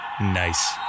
Nice